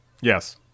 Yes